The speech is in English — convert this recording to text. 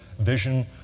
vision